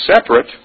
separate